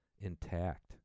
intact